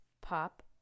pop